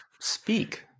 speak